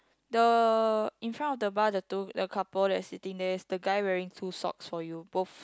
the in front of the bar the two the couple that's sitting there is the guy wearing two socks for you both